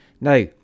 now